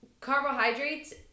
carbohydrates